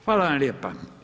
Hvala vam lijepa.